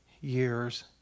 years